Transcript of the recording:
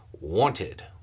wanted